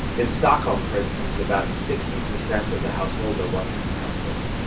in stockholm, for instance, about sixty percent of the households are one-person households.